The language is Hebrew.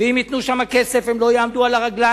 ואם ייתנו שם כסף הם לא יעמדו על הרגליים,